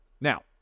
Now